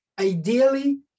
Ideally